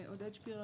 עודד שפירר,